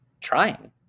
trying